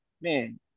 man